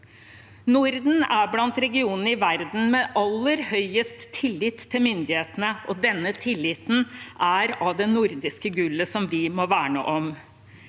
Norden er blant regionene i verden med aller høyest tillit til myndighetene. Denne tilliten er del av «det nordiske gullet» som vi må verne om.